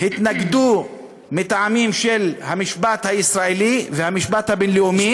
התנגדו מטעמים של המשפט הישראלי והמשפט הבין-לאומי.